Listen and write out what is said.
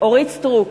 אורית סטרוק,